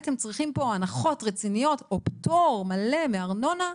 הם צריכים פה הנחות רציניות או פטור מלא מארנונה,